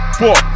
four